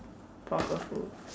proper food